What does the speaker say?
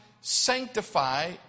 sanctify